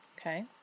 Okay